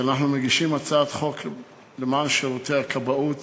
שאנחנו מגישים הצעת חוק למען שירותי הכבאות,